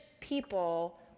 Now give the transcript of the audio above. people